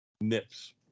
nips